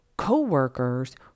co-workers